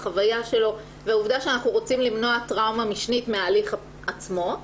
החוויה שלו ועובדה שאנחנו רוצים למנוע טראומה משנית מההליך עצמו,